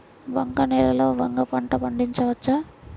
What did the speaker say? బంక నేలలో వంగ పంట పండించవచ్చా?